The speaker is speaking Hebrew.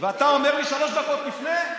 ואתה אומר לי שלוש דקות לפני?